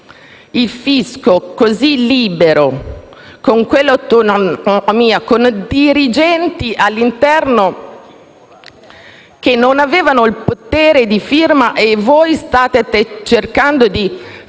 un fisco libero, con quell'autonomia, con dirigenti all'interno che non avevano il potere di firma e che voi state cercando di far